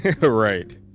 Right